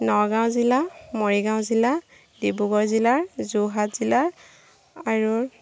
নগাঁও জিলা মৰিগাঁও জিলা ডিব্ৰুগড় জিলা যোৰহাট জিলা আৰু